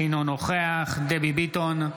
אינו נוכח דבי ביטון,